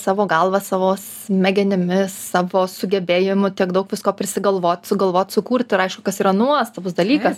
savo galva savo smegenimis savo sugebėjimu tiek daug visko prisigalvot sugalvot sukurt ir aišku kas yra nuostabus dalykas